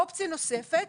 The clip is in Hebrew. אופציה נוספת,